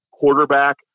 quarterback